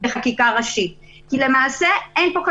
זה חלק מתהליך השקילה, ואני חושב שזה